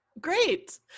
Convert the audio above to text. Great